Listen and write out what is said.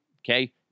Okay